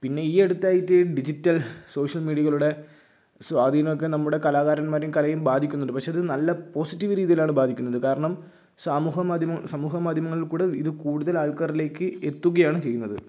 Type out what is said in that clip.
പിന്നെ ഈ അടുത്തായിട്ട് ഡിജിറ്റൽ സോഷ്യൽ മീഡിയകളുടെ സ്വാധീനമൊക്കെ നമ്മുടെ കലാകാരന്മാരെയും കലയെയും ബാധിക്കുന്നുണ്ട് പക്ഷെ അത് നല്ല പോസിറ്റീവ് രീതിയിലാണ് ബാധിക്കുന്നത് കാരണം സമൂഹ മാധ്യമ സമൂഹ മാധ്യമങ്ങളിൽക്കൂടെ ഇത് കൂടുതൽ ആൾക്കാരിലേയ്ക്ക് എത്തുകയാണ് ചെയ്യുന്നത്